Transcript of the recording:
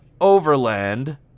Overland